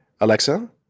Alexa